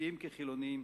דתיים כחילונים.